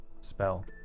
spell